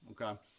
okay